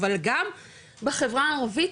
אבל גם בחברה הערבית,